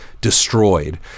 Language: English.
destroyed